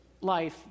life